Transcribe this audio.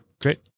great